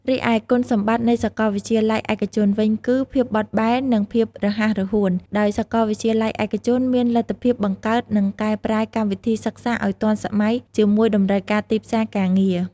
រីឯគុណសម្បត្តិនៃសាកលវិទ្យាល័យឯកជនវិញគឹ ភាពបត់បែននិងភាពរហ័សរហួន ដោយសាកលវិទ្យាល័យឯកជនមានលទ្ធភាពបង្កើតនិងកែប្រែកម្មវិធីសិក្សាឲ្យទាន់សម័យជាមួយតម្រូវការទីផ្សារការងារ។